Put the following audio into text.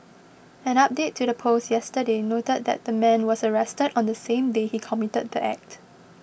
an update to the post yesterday noted that the man was arrested on the same day he committed the act